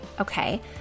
okay